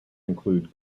include